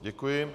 Děkuji.